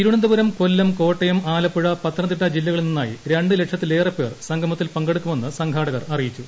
തിരുവനന്തപുരം കൊല്ലം കോട്ടയം ആലപ്പുഴ പത്തനംതിട്ട ജില്ലകളിൽ നിന്നായി രണ്ട് ലക്ഷത്തിലേറെ പേർ സംഗമത്തിൽ പങ്കെടുക്കുമെന്ന് സംഘാടകർ അറിയിച്ചു